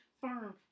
firm